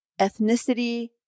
Ethnicity